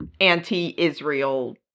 anti-Israel